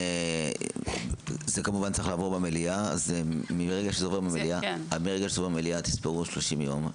זה צריך לעבור במליאה, ומאז תספרו 30 יום.